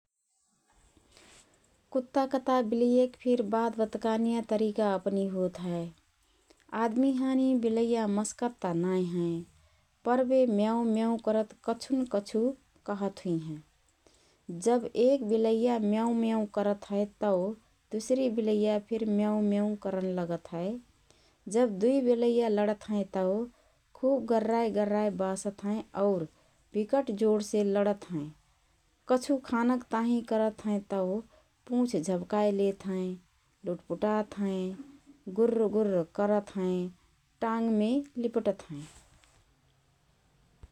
कुत्ता कता बिलैयक फिर बात बतकानिया तरिका अपनी होत हए । आदमी हानी बिलैया मसकत त नाएँ हएँ । पर बे म्याउँ म्याउँ करत कछुन कछु कहत हुइहएँ? जब एक बिलैया म्याउँ म्याउँ करत हए तओ दुसरी बिलैया फिर म्याउँ म्याउँ करन लगत हए । जब दुई बिलैया लड़त हएँ तओ खुब गर्राए गर्राए बासत हएँ और बिकट जोडसे लड़त हएँ । कछु खानक ताहिँ करत हएँ तओ पुँछ झब्काए लेत हएँ । लुट्पुटात हएँ । गुर्र गुर्र करत हएँ । टांगमे लिबटत हएँ ।